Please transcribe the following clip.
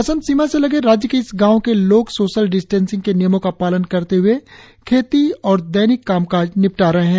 असम सीमा से लगे राज्य के इस गांव के लोग सोशल डिस्टेंसिंग के नियमों का पालन करते हए खेती और दैनिक काम काज निपटा रहे है